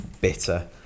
bitter